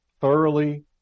thoroughly